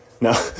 No